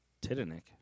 Titanic